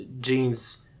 jeans